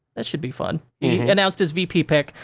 that should be fun. he announced his vp pick,